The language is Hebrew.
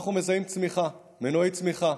אנחנו מזהים צמיחה, מנועי צמיחה.